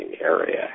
area